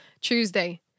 Tuesday